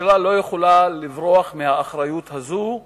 הממשלה לא יכולה לברוח מהאחריות הזאת,